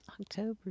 October